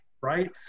Right